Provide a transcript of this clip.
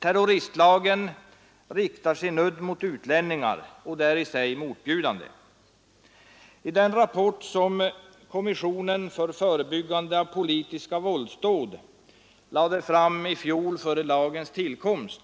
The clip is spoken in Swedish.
Terroristlagen riktar sin udd mot utlänningar, och det är i sig motbjudande. I den rapport som kommissionen för förebyggande av politiska våldsdåd lade fram i fjol före lagens tillkomst